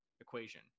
equation